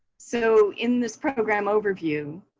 so in this program overview,